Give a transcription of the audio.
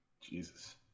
Jesus